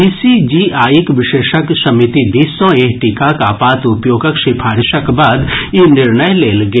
बीसीजीआईक विशेषज्ञ समिति दिस सँ एहि टीकाक आपात उपयोगक सिफारिशक बाद ई निर्णय लेल गेल